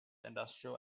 industrial